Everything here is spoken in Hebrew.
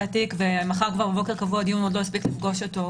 התיק ומחר בבוקר קבעו דיון ועוד לא הספיק לפגוש אותו.